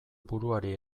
buruari